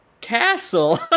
castle